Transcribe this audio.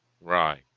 Right